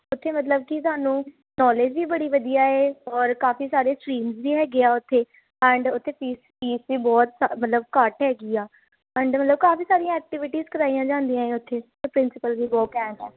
ਉੱਥੇ ਮਤਲਬ ਕਿ ਤੁਹਾਨੂੰ ਨੌਲੇਜ ਵੀ ਬੜੀ ਵਧੀਆ ਏ ਔਰ ਕਾਫੀ ਸਾਰੇ ਸਟਰੀਮਜ ਵੀ ਹੈਗੇ ਆ ਉੱਥੇ ਐਂਡ ਉੱਥੇ ਫੀਸ ਫੀਸ ਵੀ ਬਹੁਤ ਸਾ ਮਤਲਬ ਘੱਟ ਹੈਗੀ ਆ ਐਂਡ ਮਤਲਬ ਕਾਫੀ ਸਾਰੀਆਂ ਐਕਟੀਵਿਟੀਜ਼ ਕਰਵਾਈਆਂ ਜਾਂਦੀਆਂ ਏ ਉੱਥੇ ਅਤੇ ਪ੍ਰਿੰਸੀਪਲ ਵੀ ਬਹੁਤ ਘੈਂਟ ਆ